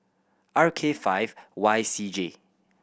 R K five Y C J